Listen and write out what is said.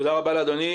תודה רבה לאדוני.